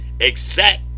exact